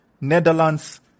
Netherlands